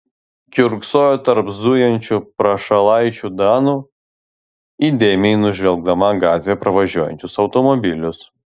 kiurksojo tarp zujančių prašalaičių danų įdėmiai nužvelgdama gatve pravažiuojančius automobilius